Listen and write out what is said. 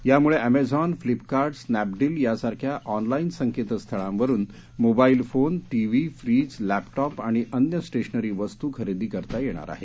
यामुळे अमेझॉन फ्लिपकार्ट स्नॅपडील यांसारख्या ऑनलाईन संकेतस्थळांवरून mobile phone TV fridge laptop आणि अन्य स्टेशनरी वस्तू खरेदी करता येणार आहेत